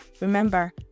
remember